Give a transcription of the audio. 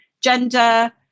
gender